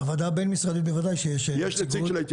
בוועדה הבין-משרדית בוודאי שיש נציגות.